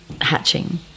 hatching